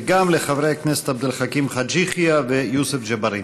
וגם לחברי הכנסת עבד אל חכים חאג' יחיא ויוסף ג'בארין.